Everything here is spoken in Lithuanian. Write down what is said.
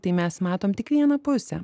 tai mes matom tik vieną pusę